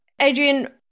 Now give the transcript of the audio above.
Adrian